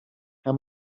how